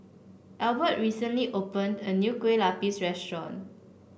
Albert recently opened a new Kueh Lapis restaurant